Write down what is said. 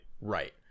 Right